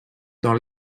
dans